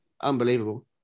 unbelievable